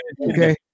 Okay